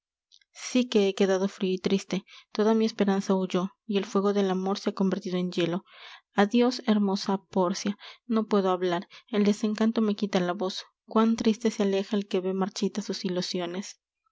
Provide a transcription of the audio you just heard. sí que he quedado frio y triste toda mi esperanza huyó y el fuego del amor se ha convertido en hielo adios hermosa pórcia no puedo hablar el desencanto me quita la voz cuán triste se aleja el que ve marchitas sus ilusiones